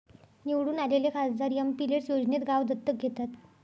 निवडून आलेले खासदार एमपिलेड्स योजनेत गाव दत्तक घेतात